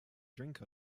drink